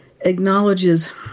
acknowledges